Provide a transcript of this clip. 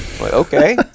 Okay